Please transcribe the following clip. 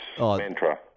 mantra